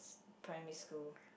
primary school